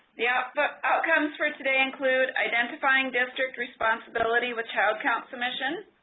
the yeah but outcomes for today include identifying district responsibilities with child count submission.